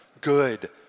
good